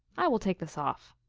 i will take this off.